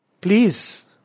Please